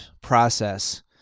process